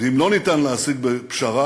ואם אין אפשרות להשיג פשרה,